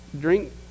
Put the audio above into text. drink